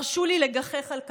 הרשו לי לגחך על כך.